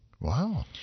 Wow